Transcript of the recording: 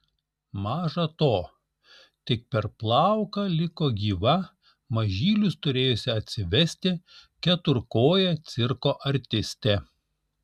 maža to tik per plauką liko gyva mažylius turėjusi atsivesti keturkojė cirko artistė